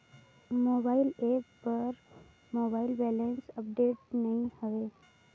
mobile app पर मोर balance update नई हवे